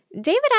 David